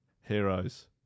heroes